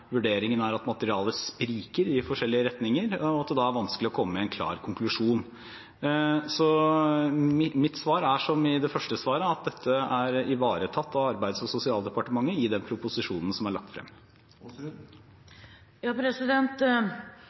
vurderingen er at materialet spriker i forskjellige retninger, og at det da er vanskelig å komme med en klar konklusjon. Så mitt svar er, som i det første svaret, at dette er ivaretatt av Arbeids- og sosialdepartementet i den proposisjonen som er lagt frem.